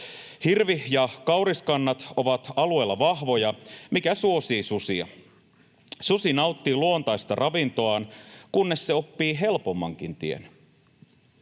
Hirvi- ja kauriskannat ovat alueella vahvoja, mikä suosii susia. Susi nauttii luontaista ravintoaan, kunnes se oppii helpommankin tien: